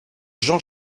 jean